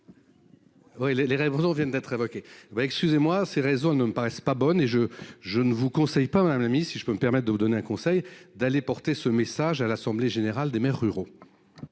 rêves bonjour viennent d'être évoqués bah excusez-moi ces réseaux ne me paraissent pas bonnes et je je ne vous conseille pas ma mamie, si je peux me permettre de vous donner un conseil, d'aller porter ce message à l'assemblée générale des maires ruraux.